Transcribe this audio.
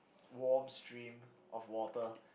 warm stream of water